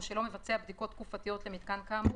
או שלא מבצע בדיקות תקופתיות למיתקן כאמור,